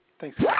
Thanks